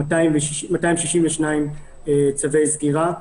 ניתנו 262 צווי סגירה.